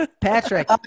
Patrick